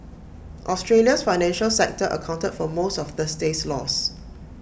Australia's financial sector accounted for most of Thursday's loss